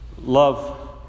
love